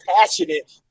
passionate